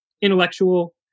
intellectual